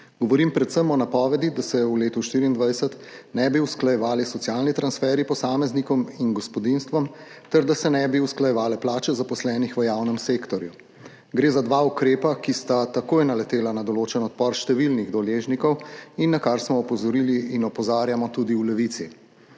govorim predvsem o napovedi, da se v letu 2024 ne bi usklajevali socialni transferji posameznikom in gospodinjstvom ter da se ne bi usklajevale plače zaposlenih v javnem sektorju. Gre za dva ukrepa, ki sta takoj naletela na določen odpor številnih deležnikov in na kar smo opozorili in opozarjamo tudi v Levici.